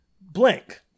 Blank